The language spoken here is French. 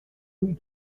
rue